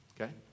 okay